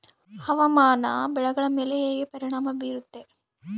ಹವಾಮಾನ ಬೆಳೆಗಳ ಮೇಲೆ ಹೇಗೆ ಪರಿಣಾಮ ಬೇರುತ್ತೆ?